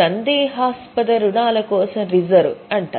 సందేహాస్పద రుణాల కోసం రిజర్వ్ అంటారు